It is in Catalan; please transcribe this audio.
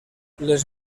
les